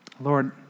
Lord